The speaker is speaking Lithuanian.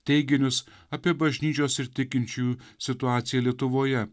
teiginius apie bažnyčios ir tikinčiųjų situaciją lietuvoje